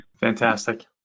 Fantastic